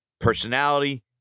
personality